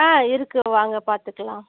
ஆ இருக்குது வாங்க பார்த்துக்குலாம்